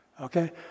Okay